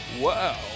Wow